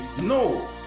no